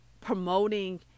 promoting